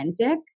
authentic